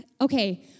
Okay